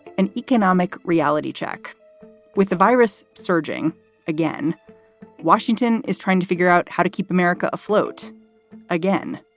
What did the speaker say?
an economic reality check with the virus surging again washington is trying to figure out how to keep america afloat again.